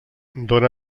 dóna